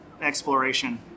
exploration